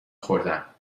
خوردهام